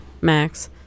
max